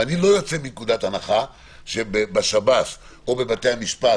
ואני לא יוצא מנקודת הנחה שבשב"ס או בבתי המשפט